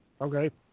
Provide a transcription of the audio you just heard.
Okay